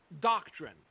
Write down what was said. doctrine